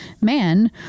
man